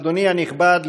אדוני הנכבד,